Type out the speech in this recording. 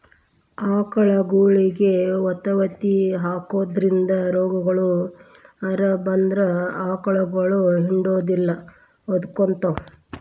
ಆಕಳಗೊಳಿಗೆ ವತವತಿ ಹಾಕೋದ್ರಿಂದ ರೋಗಗಳು ಏನರ ಬಂದ್ರ ಆಕಳಗೊಳ ಹಿಂಡುದಿಲ್ಲ ಒದಕೊತಾವ